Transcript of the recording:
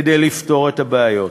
כדי לפתור את הבעיות.